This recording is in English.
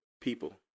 people